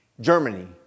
Germany